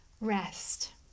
rest